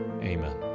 Amen